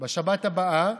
בשבת הבאה